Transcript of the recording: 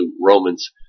Romans